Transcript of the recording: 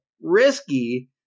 risky